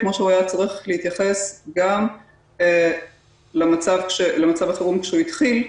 כמו שהוא היה צריך להתייחס גם למצב החירום כשהוא התחיל.